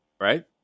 right